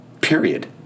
Period